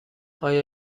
آیا